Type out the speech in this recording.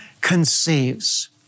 conceives